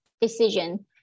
decision